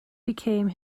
became